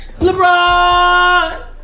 LeBron